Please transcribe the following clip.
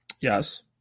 Yes